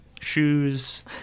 shoes